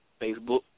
Facebook